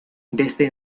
desde